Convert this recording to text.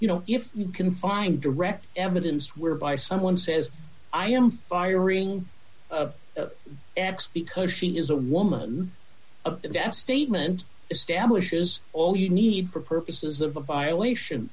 you know if you can find direct evidence whereby someone says i am firing x because she is a woman of the death statement establishes all you need for purposes of a violation